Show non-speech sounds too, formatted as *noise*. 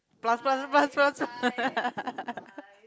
plus plus plus plus *laughs*